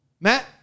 Matt